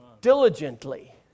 diligently